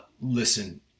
listen